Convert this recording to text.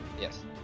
Yes